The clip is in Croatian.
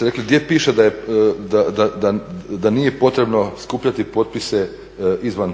rekli gdje piše da nije potrebno skupljati potpise izvan